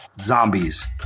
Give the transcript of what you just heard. zombies